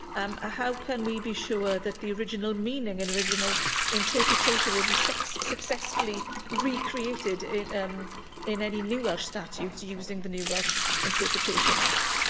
um ah how can we be sure that the original meaning and original interpretation will be successfully recreated in um in any new welsh statutes using the new welsh interpretation act?